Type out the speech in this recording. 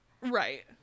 Right